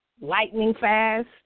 lightning-fast